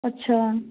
अच्छा